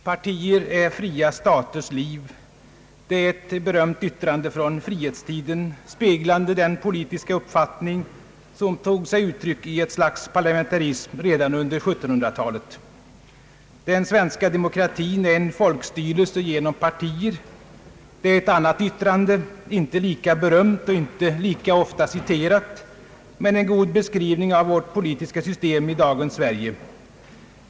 »Partier är fria staters liv.» Det är ett berömt yttrande från frihetstiden, speglande den politiska uppfattningen som tog sig uttryck i ett slags parlamentarism redan under 1700-talet. »Den svenska demokratin är en folkstyrelse genom partier.» Det är ett annat yttrande, inte lika berömt och inte lika ofta citerat, men en god beskrivning av vårt politiska system i dagens Sverige.